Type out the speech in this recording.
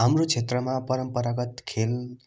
हाम्रो क्षेत्रमा परम्परागत खेल